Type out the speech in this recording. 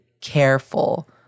careful